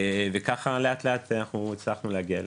וככה לאט לאט אנחנו הצלחנו להגיע אליהם.